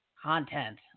content